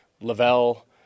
Lavelle